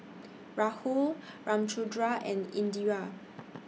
Rahul Ramchundra and Indira